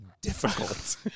difficult